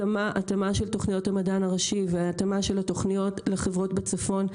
התאמה של תוכניות המדען הראשי והתאמה של התוכניות לחברות בצפון.